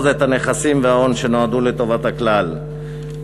את הנכסים וההון שנועדו לטובת הכלל.